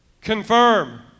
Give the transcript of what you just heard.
confirm